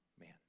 man